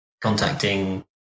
contacting